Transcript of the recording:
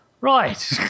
Right